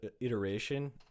iteration